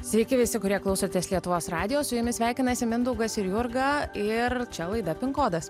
sveiki visi kurie klausotės lietuvos radijo su jumis sveikinasi mindaugas ir jurga ir čia laida kodas